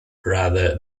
rather